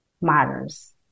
matters